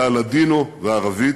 הלדינו והערבית.